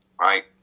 right